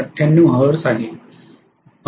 ९८ hertz आहे